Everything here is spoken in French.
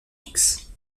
fixe